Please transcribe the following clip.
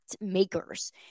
makers